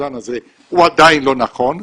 הוא עדיין לא נכון,